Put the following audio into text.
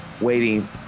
waiting